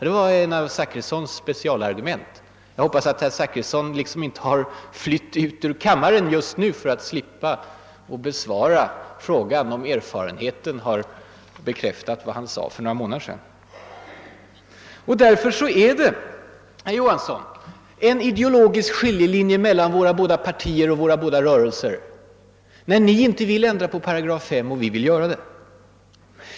Det var ett av herr Zachrissons specialargument. Jag hoppas att herr Zachrisson inte flytt ut ur kammaren just nu för att slippa besvara frågan om erfarenheten nu bekräftat vad han sade för några månader sedan. Därför är den här frågan, herr Johansson, en ideologisk skiljelinje mellan våra båda partier och våra båda rörelser, när ni inte vill ändra på 8 5 och vi vill göra det.